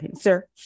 Sir